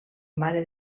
mare